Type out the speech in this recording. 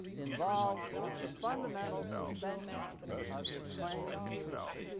involves the fundamental suspension of his claim to truth.